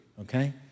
okay